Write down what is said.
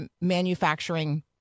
manufacturing